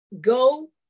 go